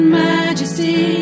majesty